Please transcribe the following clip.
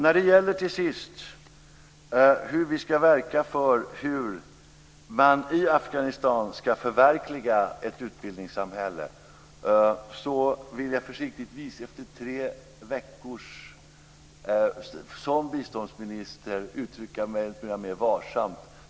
När det till sist gäller hur vi ska verka för hur man i Afghanistan ska förverkliga ett utbildningssamhälle vill jag efter tre veckor som biståndsminister uttrycka mig lite varsamt.